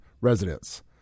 residents